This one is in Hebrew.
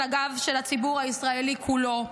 על הגב של הציבור הישראלי כולו.